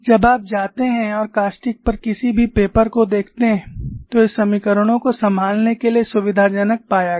जब आप जाते हैं और कास्टिक पर किसी भी पेपर को देखते हैं तो इन समीकरणों को संभालने के लिए सुविधाजनक पाया गया